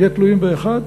נהיה תלויים באחד?